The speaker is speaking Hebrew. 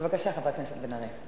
בבקשה, חבר הכנסת בן-ארי.